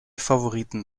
favoriten